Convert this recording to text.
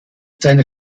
seiner